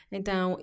Então